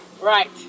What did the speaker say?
Right